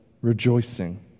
rejoicing